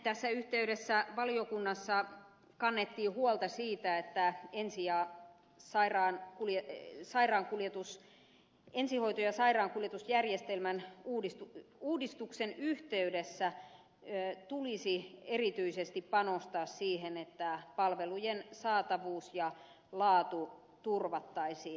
tässä yhteydessä valiokunnassa kannettiin huolta siitä että ensihoito ja sairaankuljetusjärjestelmän uudistuksen yhteydessä tulisi erityisesti panostaa siihen että palvelujen saatavuus ja laatu turvattaisiin